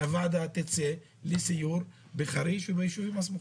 שהוועדה תצא לסיור בחריש וביישובים הסמוכים.